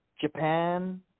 Japan